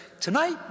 tonight